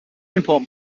important